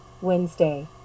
wednesday